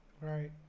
Right